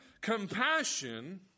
compassion